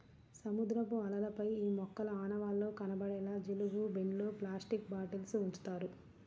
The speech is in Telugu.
సముద్రపు అలలపై ఈ మొక్కల ఆనవాళ్లు కనపడేలా జీలుగు బెండ్లు, ప్లాస్టిక్ బాటిల్స్ ఉంచుతారు